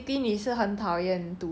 ah